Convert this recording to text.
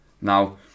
Now